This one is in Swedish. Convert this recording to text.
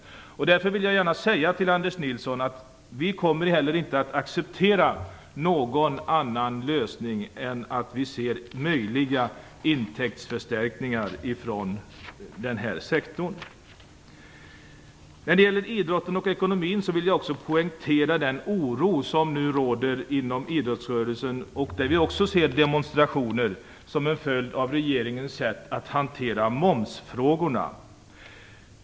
Därför vill jag gärna säga till Anders Nilsson att vi inte heller kommer att acceptera någon annan lösning än möjliga intäktsförstärkningar från den sektorn. När det gäller idrotten och ekonomin vill jag också poängtera den oro som nu råder inom idrottsrörelsen; vi ser demonstrationer som en följd av regeringens sätt att hantera momsfrågorna.